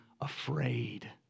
afraid